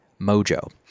mojo